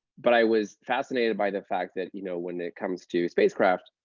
but i was fascinated by the fact that you know when it comes to spacecraft,